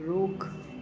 रोक